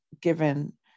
given